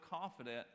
confident